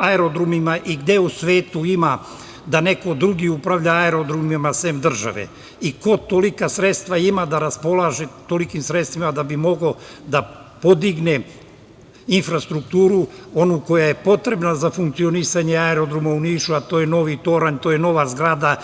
aerodromima i gde u svetu ima da neko drugi upravlja aerodromima sem države, i ko tolika sredstva ima da raspolaže tolikim sredstvima da bi mogao da podigne infrastrukturu, onu koja je potrebna za funkcionisanje aerodroma u Nišu, a to je novi toranj, to je nova zgrada?